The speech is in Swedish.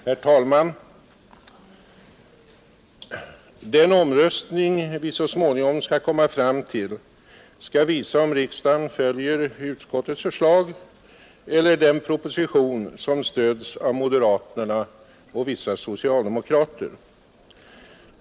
Herr talman! Den omröstning som vi så småningom skall komma fram till skall visa om riksdagen följer civilutskottets förslag eller den proposition som stöds av moderaterna och vissa socialdemokrater.